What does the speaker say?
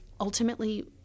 ultimately